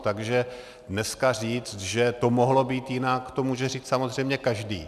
Takže dneska říct, že to mohlo být jinak, to může říct samozřejmě každý.